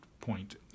point